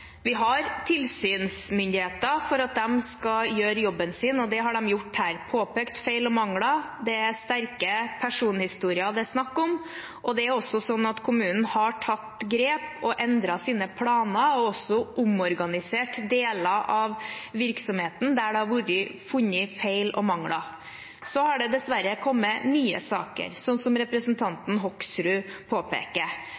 Vi har tilsynsmyndigheter for at de skal gjøre jobben sin, og det har de gjort her – påpekt feil og mangler. Det er sterke personhistorier det er snakk om. Det er også sånn at kommunen har tatt grep og endret sine planer og også omorganisert deler av virksomheten der det er funnet feil og mangler. Så har det dessverre kommet nye saker, som